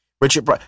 Richard